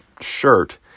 shirt